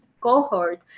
cohort